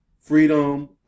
freedom